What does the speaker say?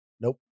Nope